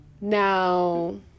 now